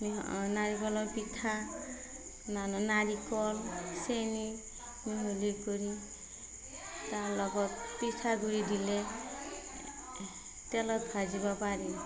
নাৰিকলৰ পিঠা নাৰিকল চেনি মিহলি কৰি তাৰ লগত পিঠা গুড়ি দিলে তেলত ভাজিব পাৰি